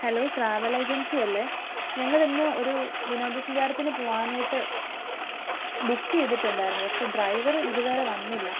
hello travel agency അല്ലേ ഞങ്ങൾ ഇന്ന് ഒരു വിനോദസഞ്ചാരത്തിന് പോവാനായിട്ട് ബുക്ക് ചെയ്തിട്ടുണ്ടായിരുന്നു പക്ഷേ ഡ്രൈവർ ഇതുവരെ വന്നില്ല